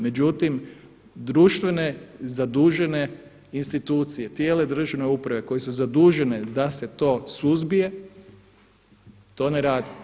Međutim društvene zadužene institucije, tijela državne uprave koje su zadužene da se to suzbije to ne rade.